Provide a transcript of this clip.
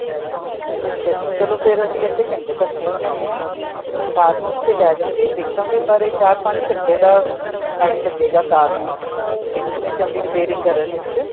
ਅੱਛਾ ਜੀ ਚਲੋ ਫਿਰ ਅਸੀਂ ਅੱਧੇ ਘੰਟੇ ਤੱਕ ਪਹੁੰਚ ਜਾਂਦੇ ਹਾਂ ਕਾਰ ਨੂੰ ਉੱਥੇ ਲੈ ਜਾਓਗੇ ਦੇਖਾਂਗੇ ਪਰ ਇਹ ਚਾਰ ਪੰਜ ਘੰਟੇ ਦਾ ਟਾਈਮ ਲੱਗੇਗਾ ਕਾਰ ਨੂੰ ਦੇਖਣ 'ਚ ਰਿਪੇਅਰਿੰਗ ਕਰਨ ਵਿੱਚ